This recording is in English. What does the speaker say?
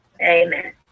Amen